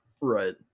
right